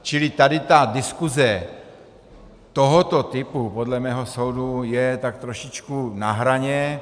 Čili tady diskuze tohoto typu podle mého soudu je tak trošičku na hraně.